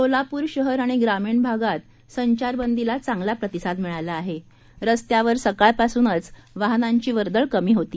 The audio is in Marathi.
सोलापूर शहर आणि ग्रामीण भागात संचार बंदीला चांगला प्रतिसाद मिळाला रस्त्यावर सकाळपासूनच वाहनाची वर्दळ कमी होती